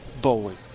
bowling